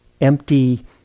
empty